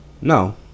No